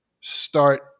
start